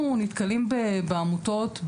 אנחנו נתקלים בעמותות יום-יום,